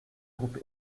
groupe